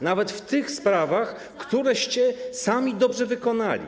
nawet w tych sprawach, któreście sami dobrze wykonali.